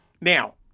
Now